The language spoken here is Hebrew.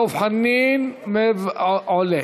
דב חנין, עולה.